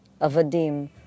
avadim